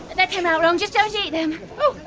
that came out wrong! just don't eat them!